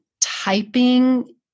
typing